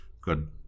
good